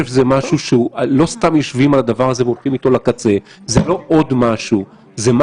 שני